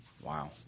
Wow